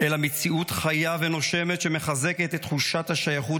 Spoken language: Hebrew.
אלא מציאות חיה ונושמת שמחזקת את תחושת השייכות